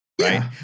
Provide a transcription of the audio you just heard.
Right